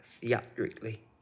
theatrically